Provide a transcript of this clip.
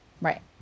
Right